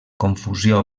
confusió